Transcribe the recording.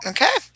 Okay